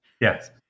Yes